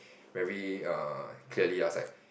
very uh clearly I was like